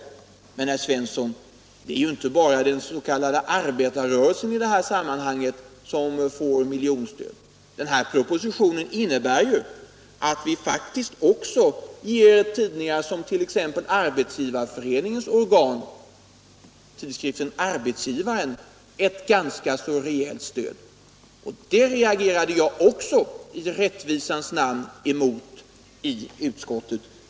Men, herr Svensson, det är inte bara den s.k. arbetarrörelsen som nu får miljonstöd. Den här propositionen innebär faktiskt att vi också ger tidningar som t.ex. Arbetsgivareföreningens organ, tidskriften Arbetsgivaren, ett ganska rejält stöd. Och det reagerade jag också, i rättvisans namn, emot i utskottet.